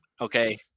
Okay